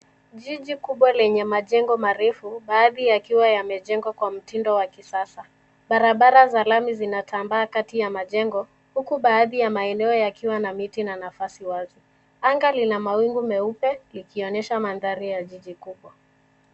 Jiji kubwa lenye majengo marefu, baadhi yakiwa yamejengwa kwa mtindo wa kisasa. Barabara za lami zinatambaa kati ya majengo, huku baadhi ya maeneo yakiwa na miti na nafasi wazi. Anga lina mawingu meupe, likionyesha mandhari ya jiji kubwa.